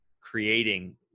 creating